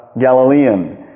Galilean